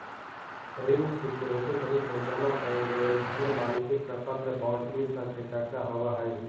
ऋण सिक्योरिटी के रूप में जमा कैइल गेल धन वाणिज्यिक प्रपत्र बॉन्ड इ सब के चर्चा होवऽ हई